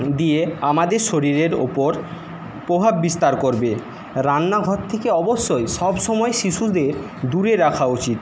দিয়ে আমাদের শরীরের ওপর প্রভাব বিস্তার করবে রান্নাঘর থেকে অবশ্যই সবসময় শিশুদের দূরে রাখা উচিত